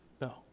No